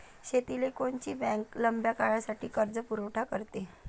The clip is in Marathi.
शेतीले कोनची बँक लंब्या काळासाठी कर्जपुरवठा करते?